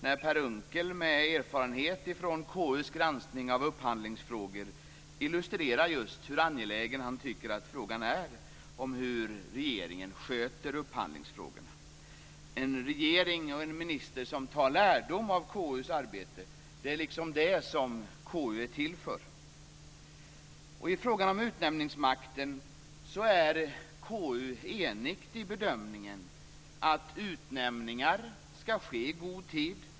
Per Unckel, med erfarenhet av KU:s granskning av upphandlingsfrågor, illustrerade hur angelägen han tycker att frågan om hur regeringen sköter upphandlingen är. Att en regering och en minister tar lärdom av KU:s arbete - det är vad KU är till för. I frågan om utnämningsmakten är KU enigt i bedömningen att utnämningar ska ske i god tid.